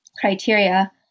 criteria